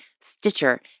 Stitcher